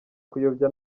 kuyobya